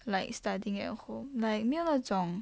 like studying at home like 没有那种